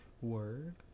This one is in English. Word